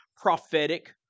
prophetic